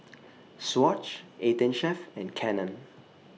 Swatch eighteen Chef and Canon